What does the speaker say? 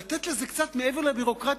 לתת לזה קצת מעבר לביורוקרטיה.